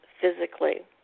physically